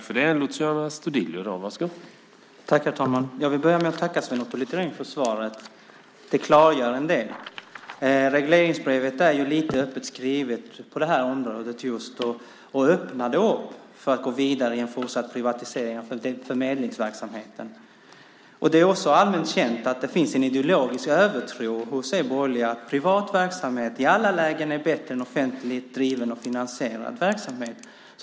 Herr talman! Jag vill börja med att tacka Sven Otto Littorin för svaret. Det klargör en del. Regleringsbrevet är lite öppet skrivet just på det här området och öppnar för att gå vidare med en fortsatt privatisering av förmedlingsverksamheten. Det är också allmänt känt att det hos er borgerliga finns en ideologisk övertro på att privat verksamhet i alla lägen är bättre än offentligt driven och finansierad verksamhet.